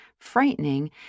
frightening